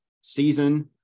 season